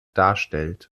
darstellt